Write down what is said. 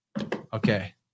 Okay